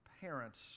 parent's